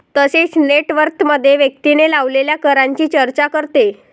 तसेच नेट वर्थमध्ये व्यक्तीने लावलेल्या करांची चर्चा करते